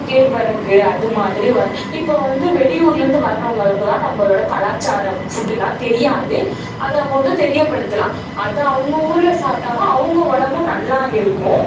கேழ்வரகு அது மாதிரி இப்போது வந்து வெளியூர்லேருந்து வர்றவங்களுக்குலாம் நம்மளோட கலாச்சார ஃபுட்டுலாம் தெரியாது அது நம்ம வந்து தெரியப்படுத்தலாம் அது அவங்க ஊரில் சாப்பிட்டாங்கன்னா அவங்க உடம்பும் நல்லா இருக்கும்